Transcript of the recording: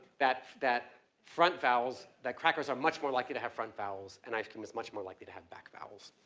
that, that front vowels, that crackers are much more likely to have front vowels and ice cream is much more likely to have back vowels.